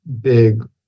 big